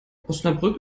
osnabrück